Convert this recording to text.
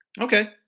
Okay